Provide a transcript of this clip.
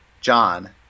John